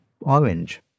orange